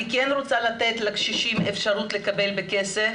אני כן רוצה לתת לקשישים אפשרות לקבל בכסף,